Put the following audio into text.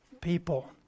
people